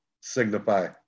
signify